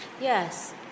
Yes